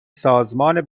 سازمان